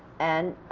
and